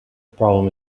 problem